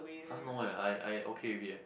!huh! no eh I I okay with it eh